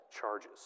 charges